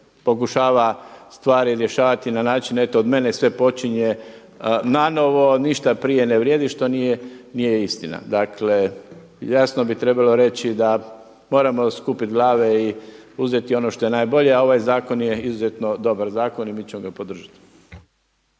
pokušava stvari rješavati na način eto od mene sve počinje nanovo, ništa prije ne vrijedi što nije istina. Dakle, jasno bi trebalo reći da moramo skupiti glave i uzeti ono što je najbolje, a ovaj zakon je izuzetno dobar zakon i mi ćemo ga podržati.